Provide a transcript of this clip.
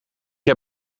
heb